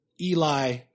Eli